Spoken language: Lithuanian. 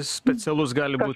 specialus gali būt